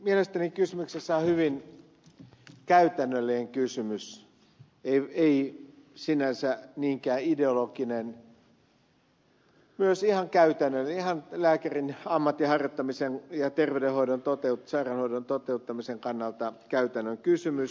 mielestäni kysymyksessä on hyvin käytännöllinen kysymys ei sinänsä niinkään ideologinen myös ihan lääkärin ammatinharjoittamisen ja terveydenhoidon sairaanhoidon toteuttamisen kannalta käytännön kysymys